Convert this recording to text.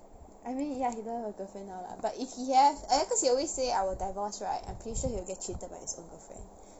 I mean ya he don't have a girlfriend now lah but if he have and then cause he always say I'll divorce right I'm pretty sure he will get cheated by his own girlfriend